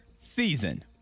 season